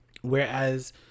whereas